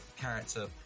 character